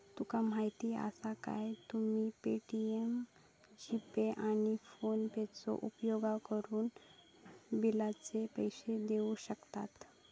तुका माहीती आसा काय, तुम्ही पे.टी.एम, जी.पे, आणि फोनेपेचो उपयोगकरून बिलाचे पैसे देऊ शकतास